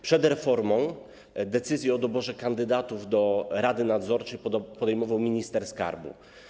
Przed reformą decyzje o doborze kandydatów do rady nadzorczej podejmował minister skarbu.